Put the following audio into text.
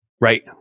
Right